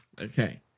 Okay